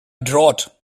drought